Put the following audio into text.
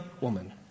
woman